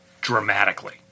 dramatically